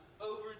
over